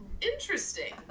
Interesting